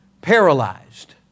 paralyzed